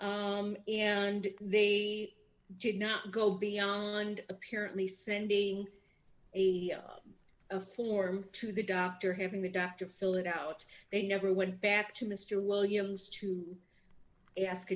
and they did not go beyond apparently sending a form to the doctor having the doctor fill it out they never went back to mr williams to ask